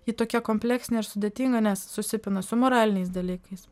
ji tokia kompleksinė ir sudėtinga nes susipina su moraliniais dalykais